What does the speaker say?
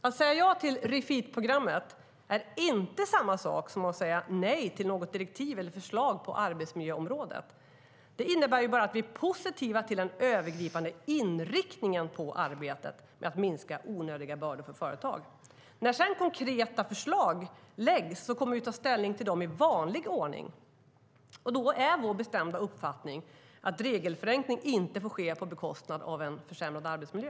Att säga ja till Refit-programmet är inte samma sak som att säga nej till något direktiv eller förslag på arbetsmiljöområdet. Det innebär bara att vi är positiva till den övergripande inriktningen på arbetet med att minska onödiga bördor för företag. När sedan konkreta förslag kommer att läggas fram kommer vi att ta ställning till dem i vanlig ordning. Då är vår bestämda uppfattning att regelförenkling inte får ske på bekostnad av en försämrad arbetsmiljö.